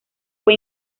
fue